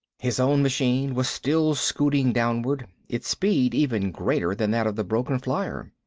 his own machine was still scooting downward, its speed even greater than that of the broken flier.